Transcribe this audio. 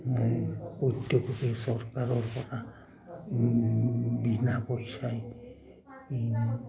এই প্ৰত্যেকক চৰকাৰৰপৰা বিনা পইচাই